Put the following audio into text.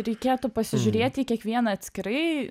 reikėtų pasižiūrėt į kiekvieną atskirai